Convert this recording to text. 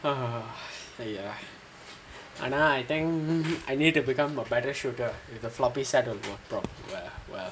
ah ஐய ஆனா:iya aanaa I think I need to become a better shooter I'm a bit on the floppy side